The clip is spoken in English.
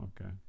okay